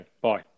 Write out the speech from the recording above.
bye